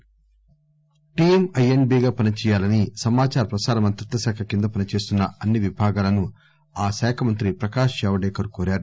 is B team IS బీగా పని చేయాలని సమాచార ప్రసార మంత్రిత్వశాఖ కింద పనిచేస్తున్న అన్ని విభాగాలను ఆ శాఖమంత్రి ప్రకాష్ జవదేకర్ కోరారు